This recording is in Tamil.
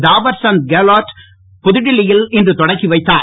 தாவர்சந்த் கேலோட் புதுடெல்லியில் இன்று தொடக்கி வைத்தார்